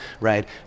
right